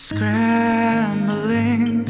Scrambling